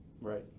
right